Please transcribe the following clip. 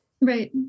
right